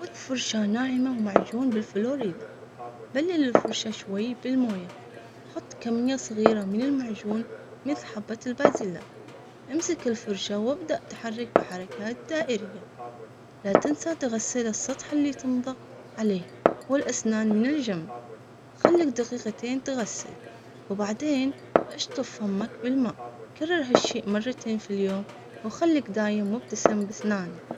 خذ فرشاة ناعمة ومعجون بالفلوريدا، بلل الفرشة شوي بالموية، حط كمية صغيرة من المعجون مثل حبة البازيلا، إمسك الفرشاة وابدأ تحرك بحركات دائرية لا تنسى تغسل السطح اللي تمضغ عليه والأسنان من الجمب خليك دقيقتين تغسل وبعدين.